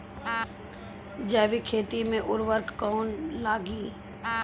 जैविक खेती मे उर्वरक कौन लागी?